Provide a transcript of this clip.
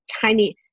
tiny